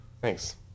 Thanks